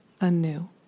anew